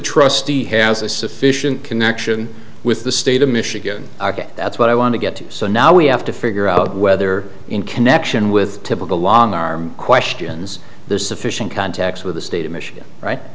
trustee has a sufficient connection with the state of michigan that's what i want to get to so now we have to figure out whether in connection with typical long arm questions there's sufficient contacts with the state of michigan right